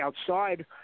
outside